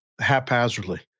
haphazardly